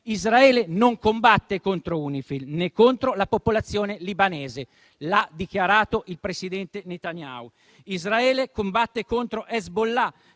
Israele non combatte contro UNIFIL, né contro la popolazione libanese, e l'ha dichiarato il presidente Netanyahu. Israele combatte contro Hezbollah,